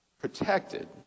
protected